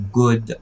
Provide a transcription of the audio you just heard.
good